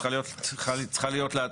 צריכה להיות,